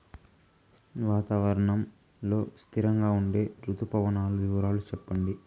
వాతావరణం లో స్థిరంగా ఉండే రుతు పవనాల వివరాలు చెప్పండి?